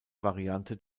variante